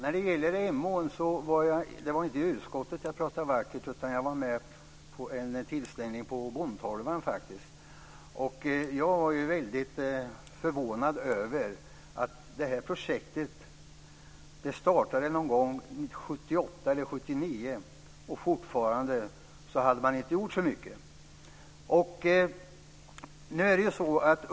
Fru talman! Det var inte i utskottet som jag talade vackert om Emån, utan det var faktiskt på en tillställning på Bondtolvan. Jag var väldigt förvånad över att man i detta projekt, som startade 1978 eller 1979, ännu inte hade gjort så mycket.